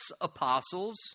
apostles